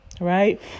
right